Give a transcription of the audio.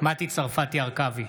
מטי צרפתי הרכבי,